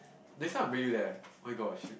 next time I bring you there my gosh you